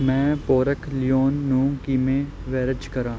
ਮੈਂ pork loin ਨੂੰ ਕਿਵੇਂ ਬਰੇਜ਼ ਕਰਾਂ